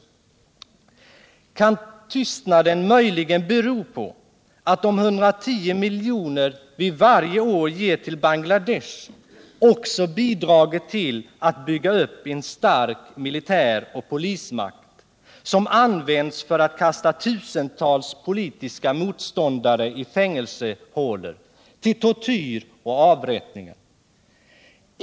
Kan tystnaden möjligen bero på att de 110 miljoner vi varje år ger till Bangladesh också bidragit till att bygga upp en stark militär och polismakt, som används för att kasta tusentals politiska motståndare i fängelsehålor, till tortyr och avrättningar?